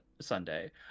sunday